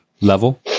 level